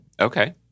Okay